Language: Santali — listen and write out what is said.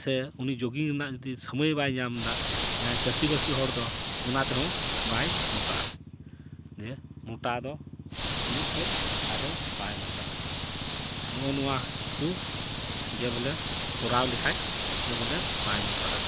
ᱥᱮ ᱩᱱᱤ ᱡᱳᱜᱤᱝ ᱨᱮᱱᱟᱜ ᱡᱩᱫᱤ ᱥᱩᱢᱟᱹᱭ ᱵᱟᱭ ᱧᱟᱢ ᱫᱟ ᱡᱟᱦᱟᱸᱭ ᱪᱟᱹᱥᱤ ᱵᱟᱹᱥᱤ ᱦᱚᱲ ᱫᱚ ᱚᱱᱟ ᱛᱮᱦᱚᱸ ᱵᱟᱭ ᱢᱚᱴᱟᱜᱼᱟ ᱫᱤᱭᱮ ᱢᱚᱴᱟ ᱫᱚ ᱤᱱᱟᱹᱜ ᱠᱷᱚᱱ ᱟᱫᱚ ᱵᱟᱭ ᱢᱟᱴᱟᱜᱼᱟ ᱱᱚᱜᱼᱚ ᱱᱚᱣᱟ ᱠᱚ ᱡᱮ ᱵᱚᱞᱮ ᱠᱚᱨᱟᱣ ᱞᱮᱠᱷᱟᱱ ᱡᱮ ᱵᱚᱞᱮ ᱵᱟᱭ ᱢᱚᱴᱟᱜᱼᱟ